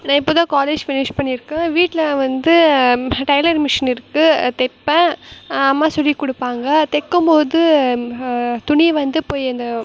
நான் இப்போ தான் காலேஜ் ஃபினிஷ் பண்ணிருக்கேன் வீட்டில் வந்து டைலரிங் மிஷின் இருக்குது தெப்பேன் அம்மா சொல்லிக் கொடுப்பாங்க தைக்கும் போது துணி வந்து போய் அந்த